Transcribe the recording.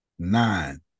Nine